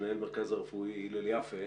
מנהל המרכז הרפואי הלל יפה.